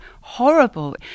horrible